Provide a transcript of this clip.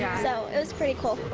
so it was pretty cool.